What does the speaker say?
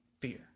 fear